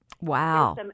Wow